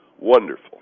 wonderful